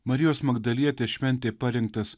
marijos magdalietės šventei parinktas